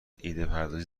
ایدهپردازی